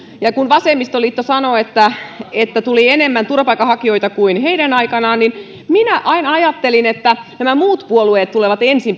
kun vasemmistoliitto sanoi että tuli enemmän turvapaikanhakijoita kuin heidän aikanaan niin minä aina ajattelin että nämä muut puolueet tulevat ensin